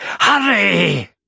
hurry